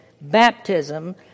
baptism